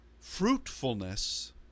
fruitfulness